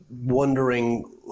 wondering